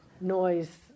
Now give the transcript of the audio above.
noise